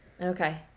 Okay